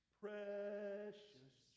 precious